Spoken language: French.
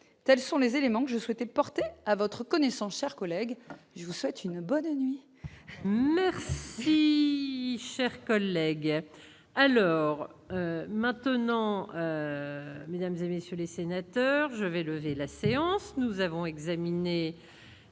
tels sont les éléments que je souhaitais porter à votre connaissance, chers collègues, je vous souhaite une bonne nuit. Chers collègues, elle rend maintenant, mesdames et messieurs les sénateurs, je vais lever la séance, nous avons examiné.